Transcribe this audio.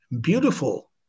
beautiful